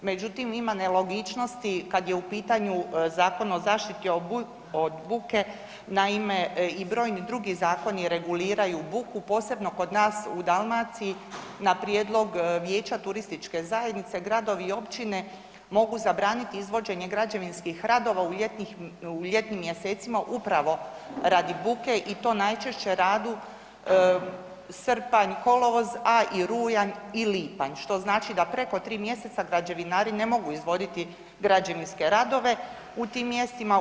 Međutim, ima nelogičnosti kada je u pitanju Zaštiti o zaštiti od buke, naime i brojni drugi zakoni reguliraju buku posebno kod nas u Dalmaciji na prijedlog Vijeća turističke zajednice gradovi i općine mogu zabraniti izvođenje građevinskih radova u ljetnim mjesecima upravo radi buke i to najčešće radu srpanj, kolovoz, a i rujan i lipanj što znači da preko tri mjeseca građevinari ne mogu izvoditi građevinske radove u tim mjestima.